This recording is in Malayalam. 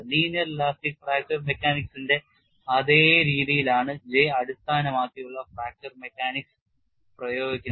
ലീനിയർ ഇലാസ്റ്റിക് ഫ്രാക്ചർ മെക്കാനിക്സിന്റെ അതേ രീതിയിലാണ് J അടിസ്ഥാനമാക്കിയുള്ള ഫ്രാക്ചർ മെക്കാനിക്സ് പ്രയോഗിക്കുന്നത്